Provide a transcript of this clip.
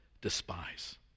despise